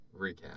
recap